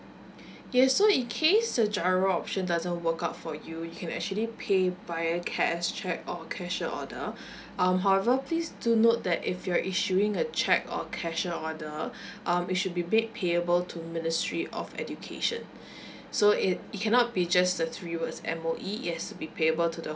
yes so in case a giro option doesn't work out for you you can actually pay via cash cheque or cashier order um however please to note that if you're issuing a cheque or cashier order um it should be made payable to ministry of education so it it cannot be just the three words M_O_E it has to be payable to the